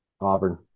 Auburn